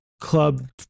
Club